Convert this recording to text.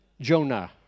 Jonah